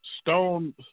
stone